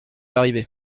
arrivé